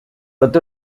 otro